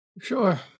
Sure